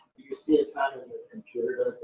do you see a time and